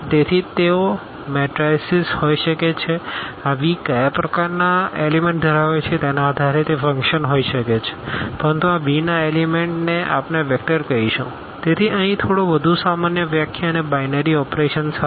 તેથી તેઓ મેટરાઈસીસ હોઈ શકે છે આ V કયા પ્રકારનાં એલીમેન્ટ ધરાવે છે તેના આધારે તે ફંકશન હોઈ શકે છે પરંતુ આ V નાં એલીમેન્ટને આપણે વેક્ટર કહીશું તેથી અહીં થોડી વધુ સામાન્ય વ્યાખ્યા અને બાઈનરી ઓપરેશન સાથે